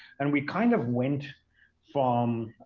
and we kind of went from